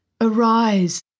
Arise